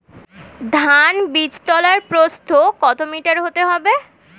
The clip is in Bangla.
ধান বীজতলার প্রস্থ কত মিটার হতে হবে?